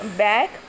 back